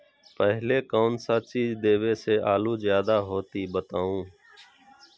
पहले कौन सा चीज देबे से आलू ज्यादा होती बताऊं?